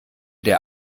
der